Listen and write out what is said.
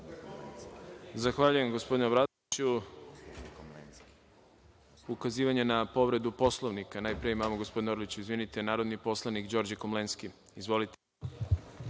Zahvaljujem, gospodine Obradoviću. Ukazivanje na povredu Poslovnika najpre imamo, gospodine Orliću, izvinite. Reč ima narodni poslanik Đorđe Komlenski. Izvolite.